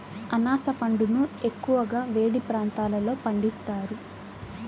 అనాస పండును ఎక్కువగా వేడి ప్రాంతాలలో పండిస్తారు